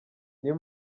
niyo